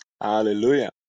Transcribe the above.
Hallelujah